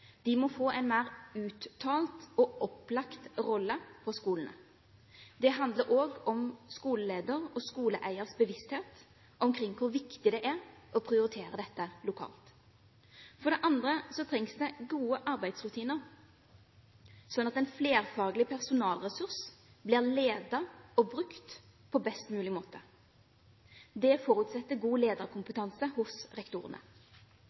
De må få en mer uttalt og opplagt rolle på skolene. Det handler også om skoleleders og skoleeiers bevissthet omkring hvor viktig det er å prioritere dette lokalt. For det andre trengs det gode arbeidsrutiner, slik at en flerfaglig personalressurs blir ledet og brukt på best mulig måte. Det forutsetter god lederkompetanse hos rektorene.